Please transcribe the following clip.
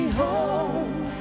home